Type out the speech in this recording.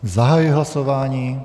Zahajuji hlasování.